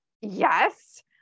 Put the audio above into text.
Yes